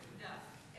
נקודה.